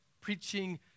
preaching